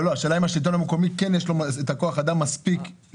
השאלה אם לשלטון המקומי יש מספיק מפקחים.